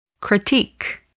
critique